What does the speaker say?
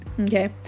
okay